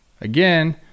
Again